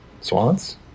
Swans